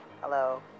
Hello